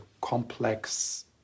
complex